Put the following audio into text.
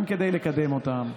גם כדי לקדם אותם,